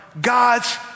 God's